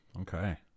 Okay